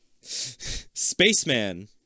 Spaceman